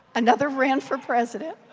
another ran for president